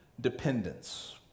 dependence